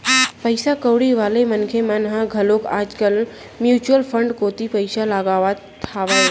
पइसा कउड़ी वाले मनखे मन ह घलोक आज कल म्युचुअल फंड कोती पइसा लगात हावय